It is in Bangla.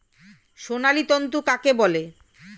সোনালী তন্তু কাকে বলে?